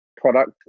product